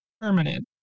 permanent